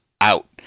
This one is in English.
out